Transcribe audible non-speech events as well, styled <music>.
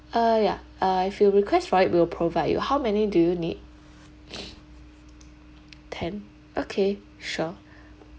uh ya uh if you request for it we will provide you how many do you need <noise> ten okay sure